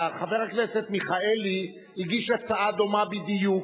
חבר הכנסת מיכאלי הגיש הצעה דומה בדיוק,